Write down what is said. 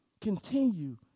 Continue